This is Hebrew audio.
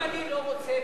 אם אני לא רוצה,